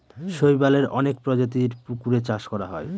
শৈবালের অনেক প্রজাতির পুকুরে চাষ করা হয়